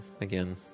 again